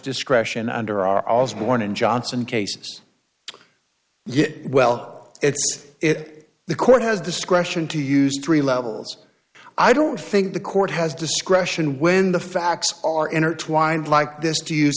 discretion under our all's mournin johnson case yes well it's it the court has discretion to use three levels i don't think the court has discretion when the facts are intertwined like this